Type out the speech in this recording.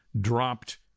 dropped